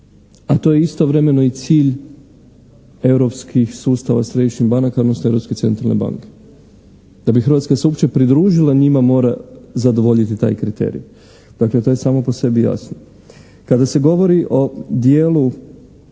A to je istovremeno i cilj europskih sustava središnjih banaka, odnosno Europske centralne banke. Da bi Hrvatska se uopće pridružila njima mora zadovoljiti taj kriterij. Dakle, to je samo po sebi jasno. Kada se govori o dijelu